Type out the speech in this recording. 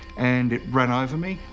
and it ran over me,